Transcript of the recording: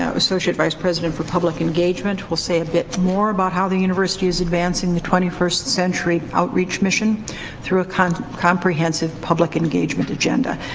ah associate vice president for public engagement, who will say a bit more about how the university is advancing the twenty first century outreach mission through a kind of comprehensive public engagement agenda.